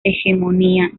hegemonía